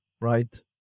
right